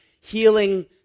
healing